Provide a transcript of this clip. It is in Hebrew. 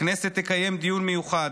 הכנסת תקיים דיון מיוחד.